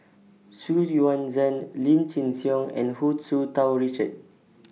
Xu Yuan Zhen Lim Chin Siong and Hu Tsu Tau Richard